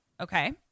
Okay